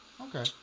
Okay